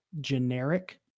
generic